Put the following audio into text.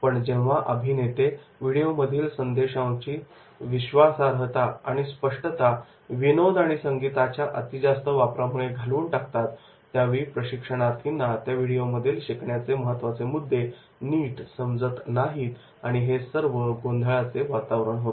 पण जेव्हा अभिनेते व्हिडिओ मधील संदेशाची विश्वासार्हता आणि स्पष्टता विनोद आणि संगीताच्या अतिजास्त वापरामुळे घालवून टाकतात त्यावेळी प्रशिक्षणार्थींना त्या व्हिडिओ मधील शिकण्याचे महत्त्वाचे मुद्दे नीट समजत नाहीत आणि हे सर्व गोंधळाचे वातावरण होते